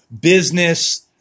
business